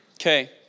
Okay